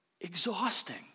Exhausting